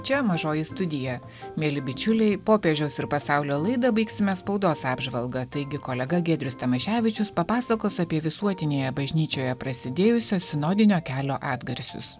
čia mažoji studija mieli bičiuliai popiežiaus ir pasaulio laidą baigsime spaudos apžvalga taigi kolega giedrius tamaševičius papasakos apie visuotinėje bažnyčioje prasidėjusio sinodinio kelio atgarsius